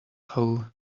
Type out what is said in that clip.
how